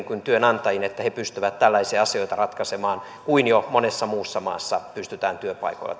kuin työnantajiin että he pystyvät tällaisia asioita ratkaisemaan niin kuin jo monessa muussa massa pystytään työpaikoilla